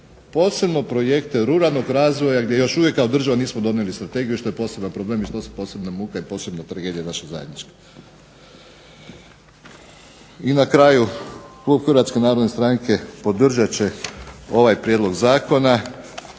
posebno projekte ruralnog razvoja gdje još uvijek kao država nismo donijeli strategiju što je poseban problem i što su posebne muke i posebna tragedija naša zajednička. I na kraju, klub Hrvatske narodne stranke podržat će ovaj prijedlog zakona